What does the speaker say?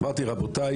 אמרתי: רבותי,